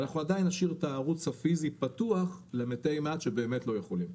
אנחנו עדיין נשאיר את הערוץ הפיסי פתוח למתי מעט שבאמת לא יכולים.